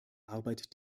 arbeit